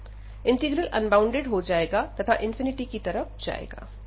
integral unbounded हो जाएगा तथा की तरफ जाएगा